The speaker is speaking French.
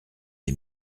est